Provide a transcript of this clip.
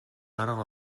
арга